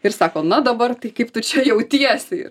ir sako na dabar tai kaip tu čia jautiesi